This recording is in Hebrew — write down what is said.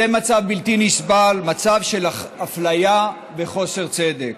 זה מצב בלתי נסבל, מצב של אפליה וחוסר צדק.